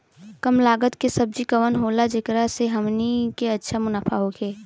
कम लागत के सब्जी कवन होला जेकरा में हमनी के अच्छा मुनाफा होखे?